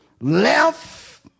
Left